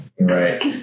Right